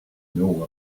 know